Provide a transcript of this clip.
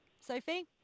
Sophie